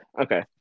Okay